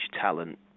talent